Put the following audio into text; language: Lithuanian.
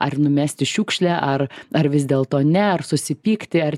ar numesti šiukšlę ar ar vis dėlto ne ar susipykti ar